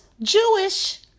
Jewish